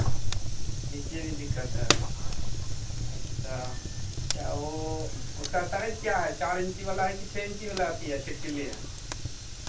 नीचे भी दिक्कत है अच्छा क्या वो उसका साइज क्या है चार इंची वाला है कि छः इंची वाला अथि है छिटकिली है